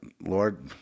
Lord